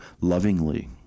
lovingly